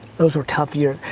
those were tough years.